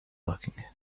looking